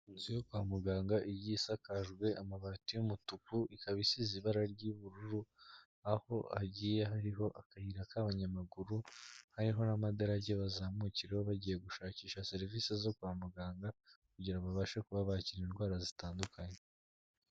Amazu yo kwa muganga iyi isakajwe amabati y'umutuku ikaba isize ibara ry'ubururu aho hagiye hariho akayira k'abanyamaguru hariho n'amadarage bazamukiraho bagiye gushakisha serivisi zo kwa muganga kugira babashe kuba bakira indwara zitandukanye..